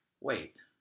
Wait